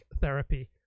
therapy